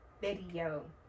video